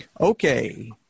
Okay